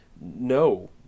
No